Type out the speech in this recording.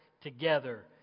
together